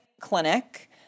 clinic